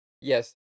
Yes